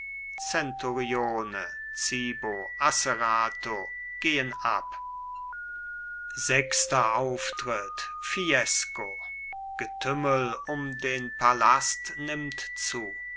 zenturione zibo asserato gehen ab sechster auftritt fiesco getümmel um den palast nimmt zu